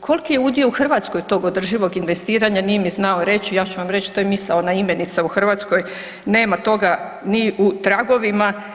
koliki je udio u Hrvatskoj tog održivog investiranja nije mi znao reći ja ću vam reći to je misaona imenica u Hrvatskom nema toga ni u tragovima.